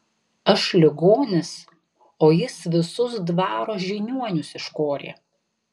aš ligonis o jis visus dvaro žiniuonius iškorė